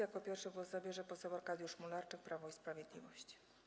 Jako pierwszy głos zabierze poseł Arkadiusz Mularczyk, Prawo i Sprawiedliwość.